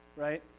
right?